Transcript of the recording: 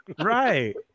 Right